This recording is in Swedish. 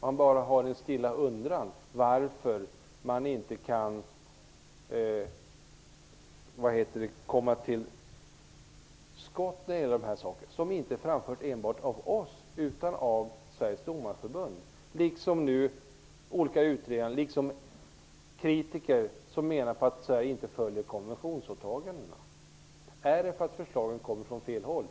Varför kan man annars inte komma till skott när det gäller dessa krav, som framförs inte bara av oss utan också av Sveriges Domareförbund och andra kritiker som menar att Sverige inte uppfyller sina konventionsåtaganden? Är bakgrunden den att förslagen kommer från fel håll?